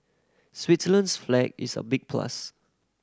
Switzerland's flag is a big plus